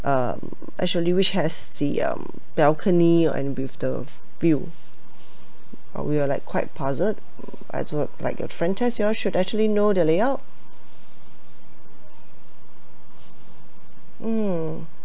um actually which has the um balcony and with the view uh we were like quite puzzled I thought like a front desk you all should actually know the layout mm